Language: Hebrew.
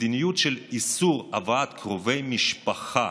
מדיניות של איסור הבאת קרובי משפחה